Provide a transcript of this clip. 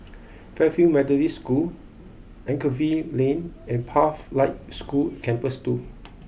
Fairfield Methodist School Anchorvale Lane and Pathlight School Campus two